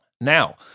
Now